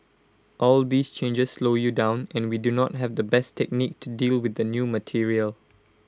all these changes slow you down and we do not have the best technique to deal with the new material